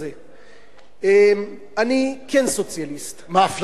אני כן סוציאליסט, ואני חושב, מאפיות קונות קמח.